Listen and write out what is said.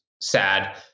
sad